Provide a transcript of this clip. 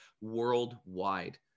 worldwide